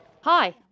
Hi